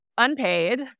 unpaid